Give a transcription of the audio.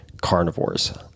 carnivores